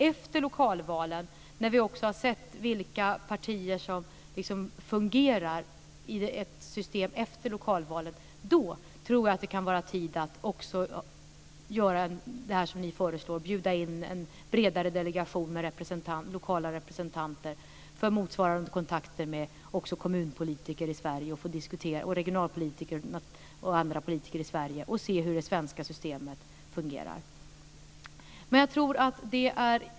Efter lokalvalen, när vi sett vilka partier som fungerar i ett system efter lokalvalen, tror jag att det kan vara tid att göra det som ni föreslår, bjuda in en bredare delegation med lokala representanter för diskussion och kontakt med motsvarande kommunpolitiker, regionala politiker och andra politiker i Sverige för att se hur det svenska systemet fungerar.